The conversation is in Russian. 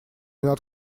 над